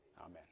amen